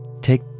Take